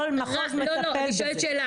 כל מחוז מטפל בזה.